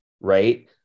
right